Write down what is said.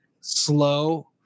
Slow